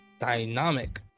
dynamic